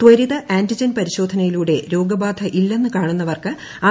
ത്വരിത antigen പരിശോധനയിലൂടെ രോഗബാധയില്ലെന്ന് കാണുന്നവർക്ക് ആർ